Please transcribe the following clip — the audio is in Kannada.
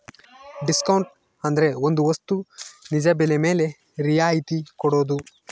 ಡಿಸ್ಕೌಂಟ್ ಅಂದ್ರೆ ಒಂದ್ ವಸ್ತು ನಿಜ ಬೆಲೆ ಮೇಲೆ ರಿಯಾಯತಿ ಕೊಡೋದು